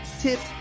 tips